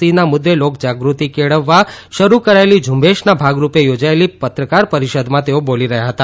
સીના મુદ્દે લોકજાગૃતિ કેળવવા શરૂ કરાયેલી ઝુંબેશના ભાગરૂપે યોજાયેલી પત્રકાર પરિષદમાં તેઓ બોલી રહ્યા હતા